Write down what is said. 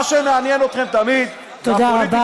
מה שמעניין אתכם תמיד, תודה רבה.